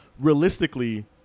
realistically